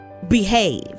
behave